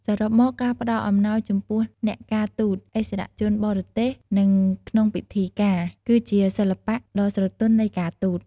សរុបមក ការផ្តល់អំណោយចំពោះអ្នកការទូត ឥស្សរជនបរទេស និងក្នុងពិធីការ គឺជា សិល្បៈដ៏ស្រទន់នៃការទូត។